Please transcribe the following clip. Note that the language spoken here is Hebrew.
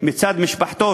מצב משפחתי,